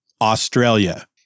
Australia